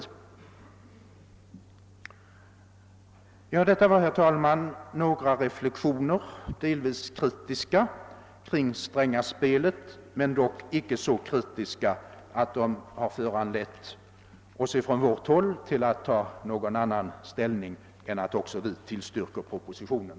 Herr talman! Detta var några reflexioner — delvis kritiska — kring det s.k. Strängaspelet. Vi har dock på vårt håll icke varit så kritiska att vi sett oss föranlåtna att inta någon annan ställning än att också vi tillstyrker propositionen.